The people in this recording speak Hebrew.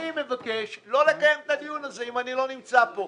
אני מבקש לא לקיים את הדיון הזה אם אני לא נמצא כאן.